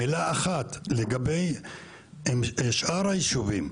מילה אחת לגבי שאר היישובים,